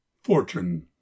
Fortune